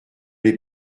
les